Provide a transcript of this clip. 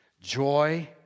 joy